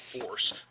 force